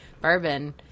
bourbon